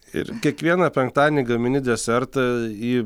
ir kiekvieną penktadienį gamini desertą jį